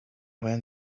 wind